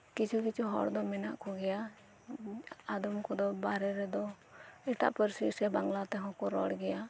ᱠᱤᱪᱷᱩ ᱠᱤᱪᱷᱩ ᱦᱚᱲᱫᱚ ᱢᱮᱱᱟᱜ ᱠᱩᱜᱮᱭᱟ ᱟᱫᱚᱢ ᱠᱚᱫᱚ ᱵᱟᱨᱦᱮ ᱨᱮᱫᱚ ᱮᱴᱟᱜ ᱯᱟᱹᱨᱥᱤ ᱥᱮ ᱵᱟᱝᱞᱟ ᱛᱮᱦᱚᱸ ᱠᱩ ᱨᱚᱲᱜᱮᱭᱟ